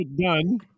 done